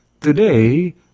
Today